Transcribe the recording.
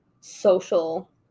social